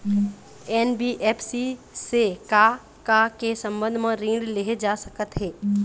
NBFC से का का के संबंध म ऋण लेहे जा सकत हे?